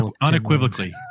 Unequivocally